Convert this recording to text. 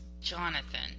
Jonathan